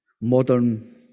modern